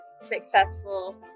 successful